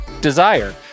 Desire